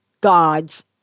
gods